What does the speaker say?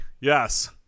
yes